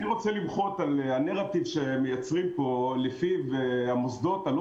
אני רוצה למחות על הנרטיב שמייצרים פה לפיו המוסדות הלא